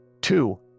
two